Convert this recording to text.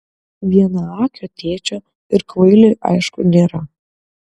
vienaakio tėčio ir kvailiui aišku nėra